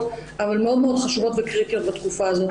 אבל מאוד מאוד חשובות וקריטיות בתקופה הזאת,